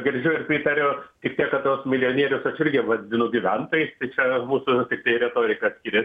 girdžiu ir pratariu tik tiek kad tuos milijonierius aš irgi vadinu gyventojais tai čia mūsų tiktai retorika skiriasi